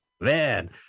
Man